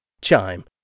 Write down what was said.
Chime